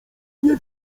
nie